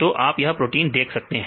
तो आप यह प्रोटीन देख सकते हैं